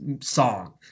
song